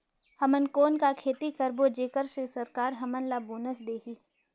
हमन कौन का खेती करबो जेकर से सरकार हमन ला बोनस देही?